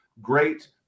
great